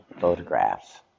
photographs